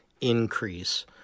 increase